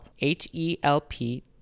H-E-L-P